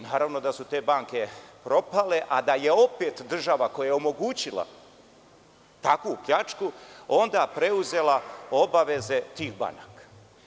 Naravno da su te banke propale, a da je opet država koja je omogućila takvu pljačku onda preuzela obaveze tih banaka.